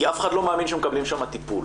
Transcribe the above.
כי אף אחד לא מאמין שמקבלים שם טיפול.